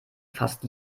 fast